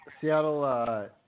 Seattle –